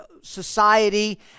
society